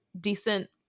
decent